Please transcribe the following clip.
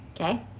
okay